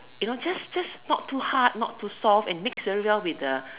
you know just just not too hard not too soft and mix very well with the